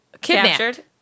kidnapped